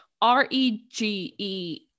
R-E-G-E